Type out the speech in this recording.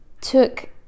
took